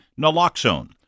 naloxone